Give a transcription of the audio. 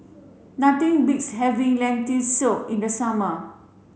nothing beats having Lentil soup in the summer